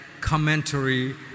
commentary